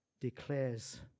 declares